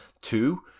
Two